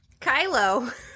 Kylo